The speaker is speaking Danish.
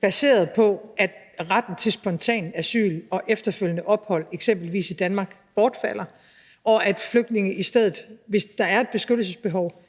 baseret på, at retten til spontant asyl og efterfølgende ophold, eksempelvis i Danmark, bortfalder, og at flygtninge i stedet, hvis der er et beskyttelsesbehov,